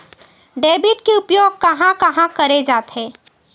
Debit के उपयोग कहां कहा करे जाथे?